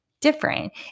Different